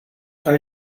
are